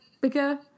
bigger